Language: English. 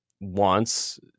wants